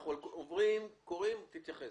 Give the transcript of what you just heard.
אנחנו קוראים את הסעיפים ואז תתייחס.